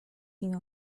mimo